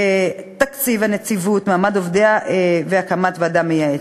תקציב הנציבות, מעמד עובדיה והקמת ועדה מייעצת.